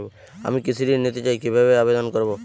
আমি কৃষি ঋণ নিতে চাই কি ভাবে আবেদন করব?